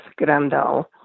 Grandal